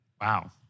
Wow